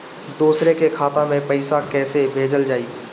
दूसरे के खाता में पइसा केइसे भेजल जाइ?